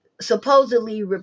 supposedly